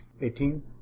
Eighteen